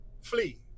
flee